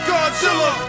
Godzilla